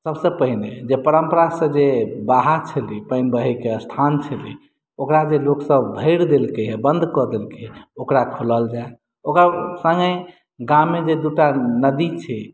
सभसँ पहिने परम्परा सॅं जे बाहा छलै पानि बाहर बहयके जे स्थान छ्लै ओकरा जे लोक सभ भरि देलकै है बन्द करि देलके है ओकरा खोलल जाय ओकर सङ्गे गाममे जे दू टा नदी छै